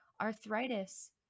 arthritis